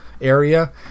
area